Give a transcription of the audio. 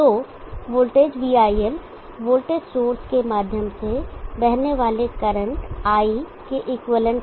तो voltage VIL voltage source के माध्यम से बहने वाले I करंट के इक्विवेलेंट है